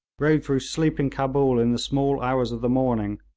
rode through sleeping cabul in the small hours of the morning,